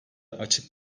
açık